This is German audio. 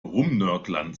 rumnörglern